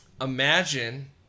Imagine